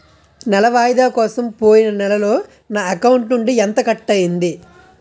నెల వాయిదా కోసం పోయిన నెలలో నా అకౌంట్ నుండి ఎంత కట్ అయ్యింది?